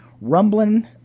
rumbling